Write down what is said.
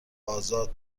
ازاد